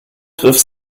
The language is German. griff